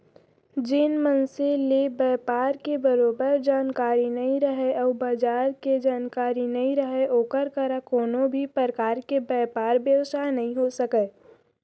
जेन मनसे ल बयपार के बरोबर जानकारी नइ रहय अउ बजार के जानकारी नइ रहय ओकर करा कोनों भी परकार के बयपार बेवसाय नइ हो सकय